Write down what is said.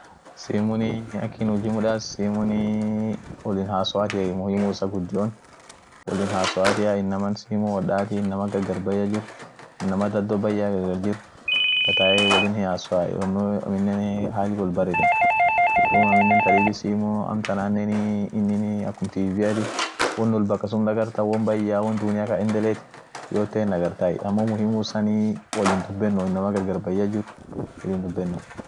Printer computern akin huji midaas kartasi kasa yaasai au woishin won dibia winsun printai. biri kasa siiyaas akat feet. huji isan sunie. mara biri malaa wo kasayaafeno feden, malat wonsun muhimu irakabda won ak ofisiafa won suniin if kakartai printa sun mal sun lila inama kakar